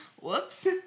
Whoops